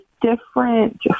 different